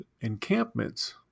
encampments